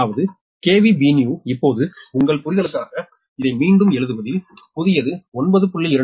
அதாவது Bnew இப்போது உங்கள் புரிதலுக்காக இதை மீண்டும் எழுதுவதில் புதியது 9